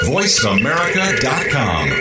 VoiceAmerica.com